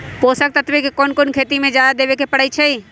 पोषक तत्व क कौन कौन खेती म जादा देवे क परईछी?